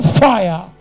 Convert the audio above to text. fire